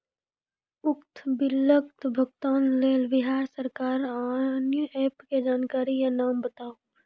उक्त बिलक भुगतानक लेल बिहार सरकारक आअन्य एप के जानकारी या नाम बताऊ?